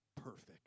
perfect